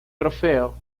trofeo